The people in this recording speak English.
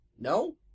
no